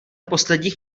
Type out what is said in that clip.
posledních